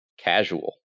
casual